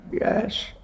Yes